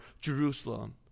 Jerusalem